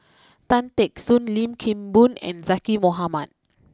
Tan Teck Soon Lim Kim Boon and Zaqy Mohamad